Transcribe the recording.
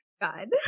God